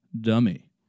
dummy